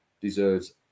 deserves